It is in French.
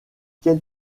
quel